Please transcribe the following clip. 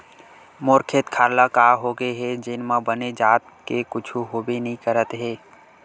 मोर खेत खार ल का होगे हे जेन म बने जात के कुछु होबे नइ करत हे